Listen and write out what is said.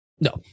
No